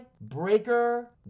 Breaker